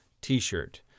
T-shirt